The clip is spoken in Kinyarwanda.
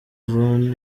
van